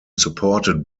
supported